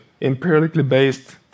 empirically-based